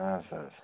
آسا آسا